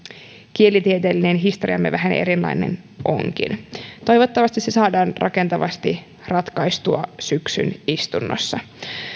kielitieteellinen historiamme vähän erilainen onkin toivottavasti se saadaan rakentavasti ratkaistua syksyn istunnossa